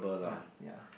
uh ya